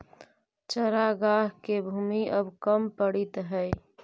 चरागाह के भूमि अब कम पड़ीत हइ